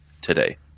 today